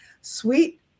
sweet